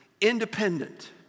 independent